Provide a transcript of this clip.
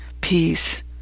peace